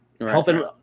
Helping